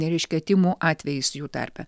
reiškia tymų atvejis jų tarpe